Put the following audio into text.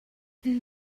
энэ